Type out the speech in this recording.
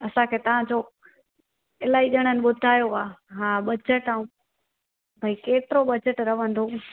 असांखे तव्हां जो इलाही ॼणनि ॿुधायो आहे हा बजट ऐं भई केतिरो बजट रहंदो